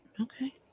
Okay